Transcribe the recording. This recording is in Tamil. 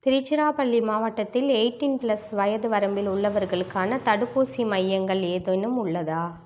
திருச்சிராப்பள்ளி மாவட்டத்தில் எயிட்டின் ப்ளஸ் வயது வரம்பில் உள்ளவர்களுக்கான தடுப்பூசி மையங்கள் ஏதேனும் உள்ளதா